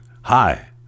hi